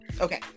Okay